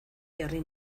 jarri